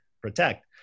protect